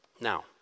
Now